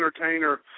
entertainer